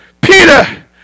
Peter